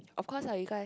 of course lah you guy